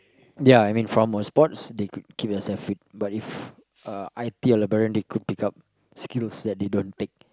ya I mean from a sports they could keep themselves fit but if uh i_t or librarian they could take up skills that they don't take